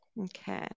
Okay